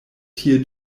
tie